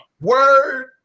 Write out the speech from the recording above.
Word